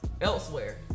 elsewhere